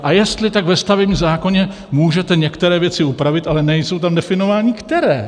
A jestli, tak ve stavebním zákoně můžete některé věci upravit, ale nejsou tam definovány, které.